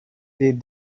les